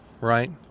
right